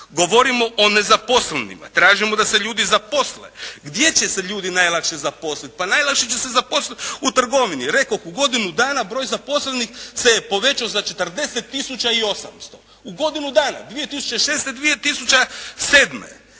Govorimo o nezaposlenima, tražimo da se ljudi zaposle. Gdje će se ljudi najlakše zaposliti? Pa najlakše će se zaposliti u trgovini. Rekoh, u godinu dana broj zaposlenih se povećao za 40 tisuća i 800, u godinu dana, 2006., 2007.